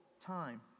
time